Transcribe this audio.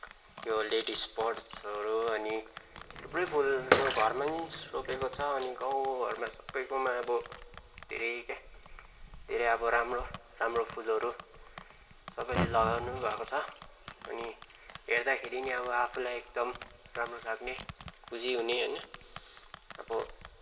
त्यो लेडिज पडसहरू अनि थुप्रै फुलहरू घरमा नि रोपेको छ अनि गाउँ घरमा सबैकोमा अब धेरै क्या धेरै अब राम्रो राम्रो फुलहरू सबैले लगाउनु पनि भएको छ अनि हेर्दाखेरि पनि अब आफूलाई एकदम राम्रो लाग्ने खुसी हुने होइन अब